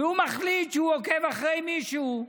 והוא מחליט שהוא עוקב אחרי מישהו,